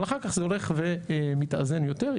אבל אחר כך זה הולך ומתאזן יותר.